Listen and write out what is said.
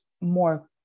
more